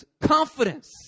confidence